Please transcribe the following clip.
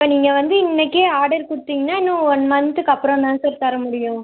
இப்போ நீங்கள் வந்து இன்றைக்கே ஆடர் கொடுத்திங்கன்னா இன்னும் ஒன் மன்த்துக்கு அப்புறம்தான் சார் தர முடியும்